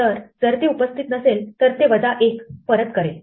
तर जर ते उपस्थित नसेल तर ते वजा 1 परत करेल